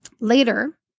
later